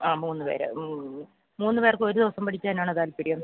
ആ മൂന്ന് പേര് മൂന്ന് പേർക്കും ഒരു ദിവസം പഠിക്കാനാണോ താല്പ്പര്യം